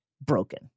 broken